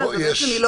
אנחנו יודעים כל